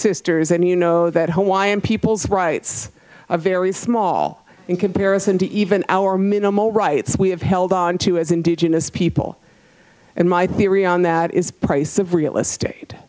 sisters and you know that hawaiian peoples rights a very small in comparison to even our minimal rights we have held onto as indigenous people and my theory on that is price of real estate